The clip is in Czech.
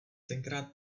tenkrát